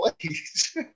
please